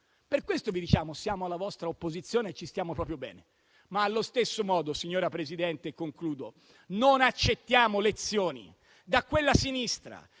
Per questo vi diciamo che siamo alla vostra opposizione e ci stiamo proprio bene, ma allo stesso modo non accettiamo lezioni da quella sinistra